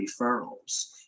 referrals